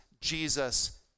Jesus